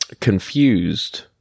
confused